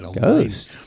ghost